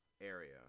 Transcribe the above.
area